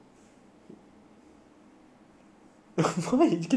you can just call and ask them dude